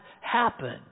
happen